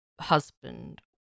husband